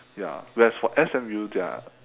ya whereas for S_M_U their